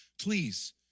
please